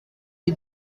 est